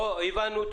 הבנו.